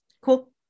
cool